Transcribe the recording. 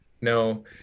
No